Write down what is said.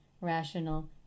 rational